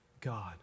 God